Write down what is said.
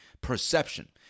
Perception